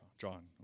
John